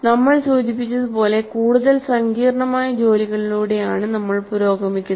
നമ്മൾ സൂചിപ്പിച്ചതുപോലെ കൂടുതൽ സങ്കീർണ്ണമായ ജോലികളിലൂടെ ആണ് നമ്മൾ പുരോഗമിക്കുന്നത്